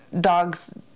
dogs